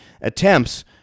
attempts